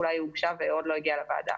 אולי הוגשה ועוד לא הגיעה לוועדה.